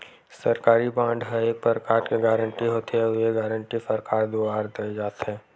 सरकारी बांड ह एक परकार के गारंटी होथे, अउ ये गारंटी सरकार दुवार देय जाथे